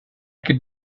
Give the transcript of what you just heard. could